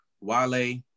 Wale